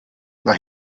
mae